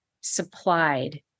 supplied